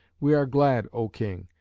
we are glad, o king,